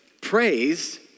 praise